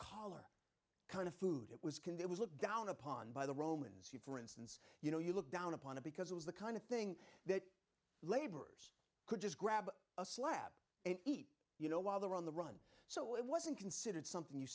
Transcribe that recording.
collar kind of food it was can that was looked down upon by the romans who for instance you know you look down upon it because it was the kind of thing that laborers could just grab a slab and eat you know while they were on the run so it wasn't considered something you